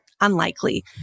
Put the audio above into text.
Unlikely